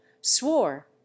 swore